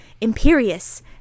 Imperious